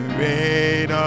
rain